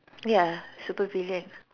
ya super villain